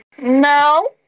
No